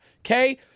okay